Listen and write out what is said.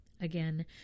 Again